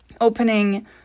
opening